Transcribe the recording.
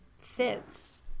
fits